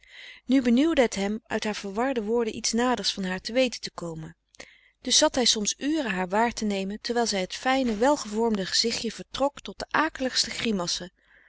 nu benieuwde het hem uit haar verwarde woorden iets naders van haar te weten te komen dus zat hij soms uren haar waar te nemen terwijl zij het fijne welgevormde gezichtje vertrok tot de